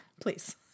please